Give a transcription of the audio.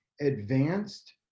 advanced